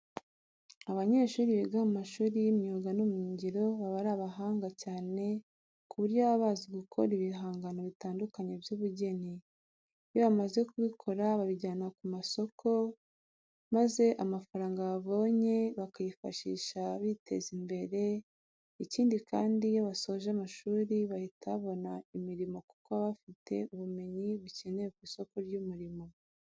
Abanyeshuri biga mu mashuri y'imyuga n'ubumenyingiro baba ari abahanga cyane ku buryo baba bazi gukora ibihangano bitandukanye by'ubugeni. Iyo bamaze kubikora babijyana ku masoko maza amafaranga babonye bakayifashisha biteza imbere. Ikindi kandi, iyo basoje amashuri bahita babona imirimo kuko baba bafite ubumenyi bukenewe ku isoko ry'umurimo.